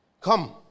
Come